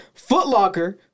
Footlocker